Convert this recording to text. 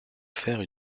faire